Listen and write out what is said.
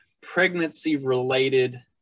pregnancy-related